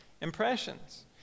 impressions